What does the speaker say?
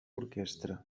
orquestra